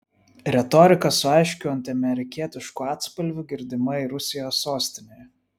retorika su aiškiu antiamerikietišku atspalviu girdima ir rusijos sostinėje